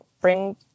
bring